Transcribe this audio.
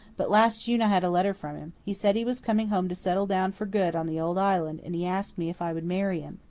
but last june i had a letter from him. he said he was coming home to settle down for good on the old island, and he asked me if i would marry him.